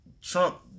Trump